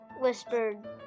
whispered